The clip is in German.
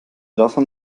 davon